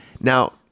Now